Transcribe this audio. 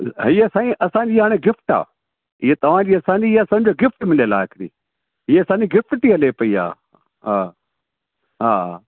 हीअं साईं असांजी हाणे गिफ्ट आहे इहे तव्हां जी असांजी इहे असांजी गिफ्ट मिलियल आहे हिकिड़ी इहे असांजी गिफ्ट थी हले पई हा हा हा